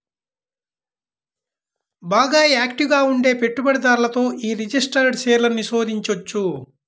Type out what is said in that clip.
బాగా యాక్టివ్ గా ఉండే పెట్టుబడిదారులతో యీ రిజిస్టర్డ్ షేర్లను నిషేధించొచ్చు